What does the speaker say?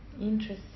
Interesting